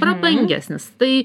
prabangesnis tai